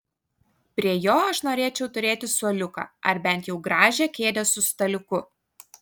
prie jo aš norėčiau turėti suoliuką ar bent jau gražią kėdę su staliuku